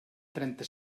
trenta